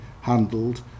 handled